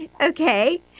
Okay